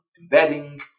embedding